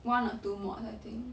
one or two mods I think